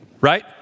right